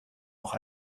noch